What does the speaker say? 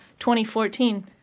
2014